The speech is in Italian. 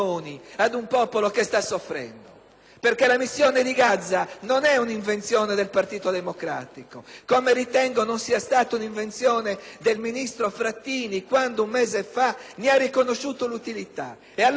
Serra)*. La missione di Gaza, infatti, non è un'invenzione del Partito Democratico, come ritengo non sia stata un'invenzione del ministro Frattini quando un mese fa ne ha riconosciuto l'utilità. E allora perché non accettare questo emendamento?